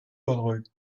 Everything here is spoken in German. unruhig